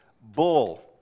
bull